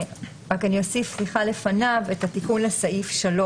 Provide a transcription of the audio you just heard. רק אני אוסיף לפניו את התיקון לסעיף 3,